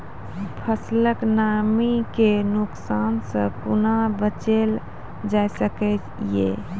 फसलक नमी के नुकसान सॅ कुना बचैल जाय सकै ये?